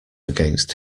against